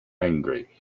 angry